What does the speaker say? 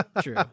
True